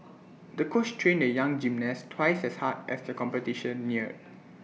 the coach trained the young gymnast twice as hard as the competition neared